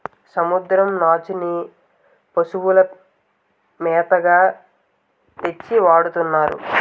సముద్రం నాచుని పశువుల మేతగా తెచ్చి వాడతన్నాము